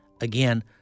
again